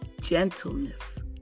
gentleness